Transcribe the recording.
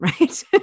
right